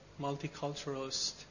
multiculturalist